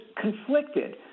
conflicted